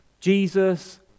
Jesus